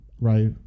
Right